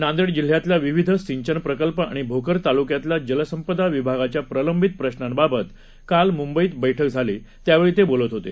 नांदेड जिल्ह्यातल्या विविध सिंचन प्रकल्प आणि भोकर तालुक्यातल्या जलसंपदा विभागाच्या प्रलंबित प्रशांबाबत काल मुंबईत बैठक झाली त्यावेळी ते बोलत होते